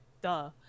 duh